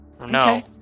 No